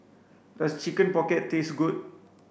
does chicken pocket taste good